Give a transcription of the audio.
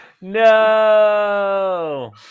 No